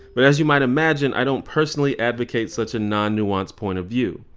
but as you might imagine i don't personally advocate such a non-nuanced point of view.